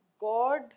God